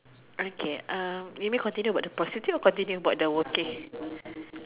okay uh you may want to continue about the prostitute or about the working